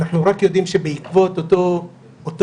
אנחנו רק יודעים שבעקבות אותו מהלך,